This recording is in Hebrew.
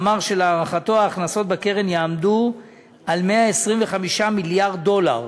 אמר שלהערכתו ההכנסות בקרן יעמדו על 125 מיליארד דולר